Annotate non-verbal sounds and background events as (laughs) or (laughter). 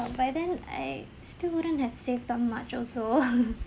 but by then I still wouldn't have saved that much also (laughs)